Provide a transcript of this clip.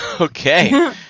Okay